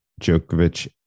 djokovic